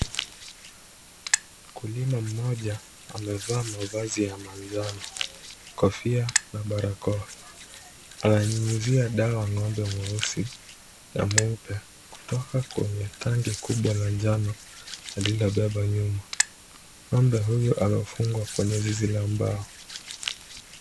Mkulima mmoja amevaa mavazi ya manjano, kofia na barakoa, ananyunyuzia dawa ng'ombe mweusi na mweupe kutoka kwenye tangi kubwa la manjano alilobeba. Ng'ombe huyo amefungwa kwenye zizi la mbao.